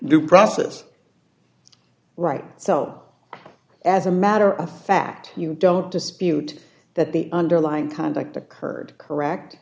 due process rights as a matter of fact you don't dispute that the underlying conduct occurred correct